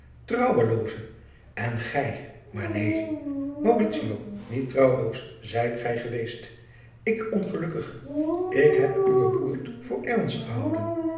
trouwelooze en gij maar neen mauritio niet trouwloos zijt gij geweest ik ongelukkige ik heb uwe boert voor ernst gehouden